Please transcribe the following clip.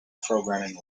programming